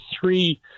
three